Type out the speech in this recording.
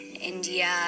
India